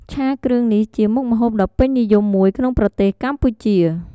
ឆាគ្រឿងនេះជាមុខម្ហូបដ៏ពេញនិយមមួយក្នុងប្រទេសកម្ពុជា។